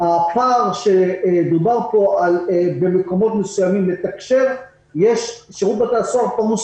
הפער שדובר בו במקומות מסוימים בתקשור - שירות בתי הסוהר פרוס